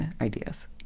ideas